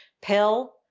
pill